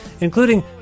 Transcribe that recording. including